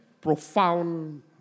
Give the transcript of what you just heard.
profound